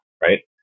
right